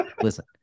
Listen